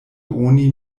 oni